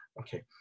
Okay